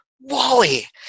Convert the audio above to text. Wally